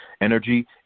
energy